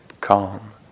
calm